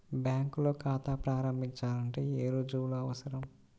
బ్యాంకులో ఖాతా ప్రారంభించాలంటే ఏ రుజువులు అవసరం?